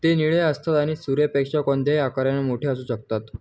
ते निळे असतात आणि सूर्यापेक्षा कोणत्याही आकाराने मोठे असू शकतात